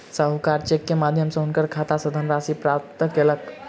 साहूकार चेक के माध्यम सॅ हुनकर खाता सॅ धनराशि प्रत्याहृत कयलक